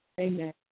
amen